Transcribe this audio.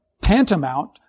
tantamount